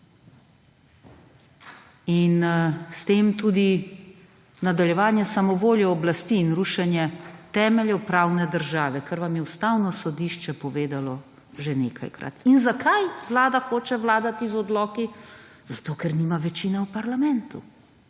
in s tem tudi nadaljevanje samovolje oblasti in rušenje temeljev pravne države, ker vam je Ustavno sodišče povedalo že nekajkrat. In zakaj Vlada hoče vladati z odloki? Zato, ker nima večine v parlamentu.